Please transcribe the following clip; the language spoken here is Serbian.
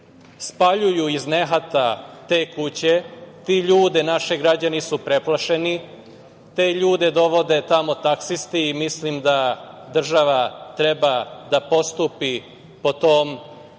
spaljuju iz nehata te kuće, naši građani su preplašeni. Te ljude dovode tamo taksisti i mislim da država treba da postupi po tom